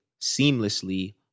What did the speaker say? seamlessly